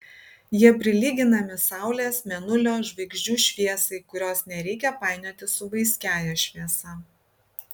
jie prilyginami saulės mėnulio žvaigždžių šviesai kurios nereikia painioti su vaiskiąja šviesa